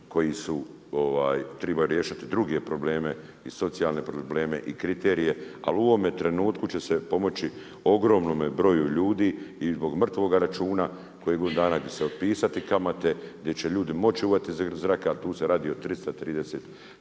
koji su triba riješiti druge probleme i socijalne probleme i kriterije. Ali u ovome trenutku će se pomoći ogromnome broju ljudi i zbog mrtvoga računa … dana otpisati kamate gdje će ljudi moći uhvatiti … jer tu se radi o 330